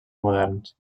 moderns